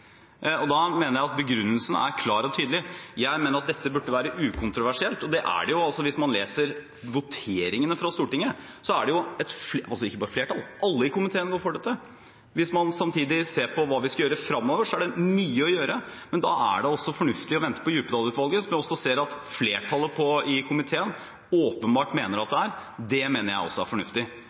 mobbepolitikken. Da mener jeg at begrunnelsen er klar og tydelig. Jeg mener at dette burde være ukontroversielt, og det er det jo også. Hvis man leser voteringene fra Stortinget, så er det jo et flertall – ja, ikke bare flertall, alle i komiteen var for dette. Hvis man samtidig ser på hva vi skal gjøre fremover, er det mye å gjøre, men da er det også fornuftig å vente på Djupedal-utvalget, som jeg også ser at flertallet i komiteen åpenbart mener at det det er. Det mener jeg også er fornuftig.